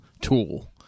tool